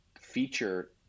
feature